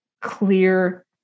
clear